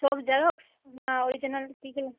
সব জেরক্স না অরিজিনাল কী কী লাগ